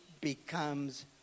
becomes